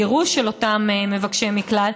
גירוש של אותם מבקשי מקלט,